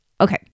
Okay